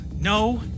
No